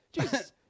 Jesus